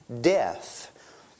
death